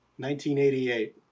1988